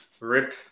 rip